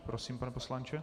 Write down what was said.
Prosím, pane poslanče.